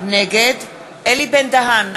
אלי בן-דהן,